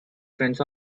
friends